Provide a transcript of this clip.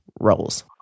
roles